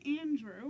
Andrew